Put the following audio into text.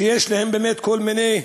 שיש אצלם באמת כל מיני